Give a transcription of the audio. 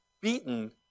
beaten